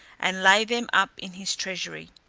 and lay them up in his treasury.